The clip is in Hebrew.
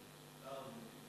בהר-הזיתים?